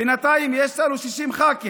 בינתיים יש לנו 60 ח"כים.